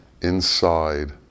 inside